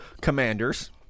Commanders